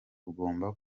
ugomba